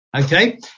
Okay